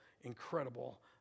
incredible